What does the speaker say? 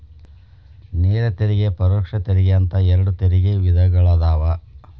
ನೇರ ತೆರಿಗೆ ಪರೋಕ್ಷ ತೆರಿಗೆ ಅಂತ ಎರಡ್ ತೆರಿಗೆ ವಿಧಗಳದಾವ